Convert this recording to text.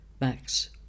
Max